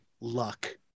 Luck